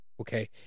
Okay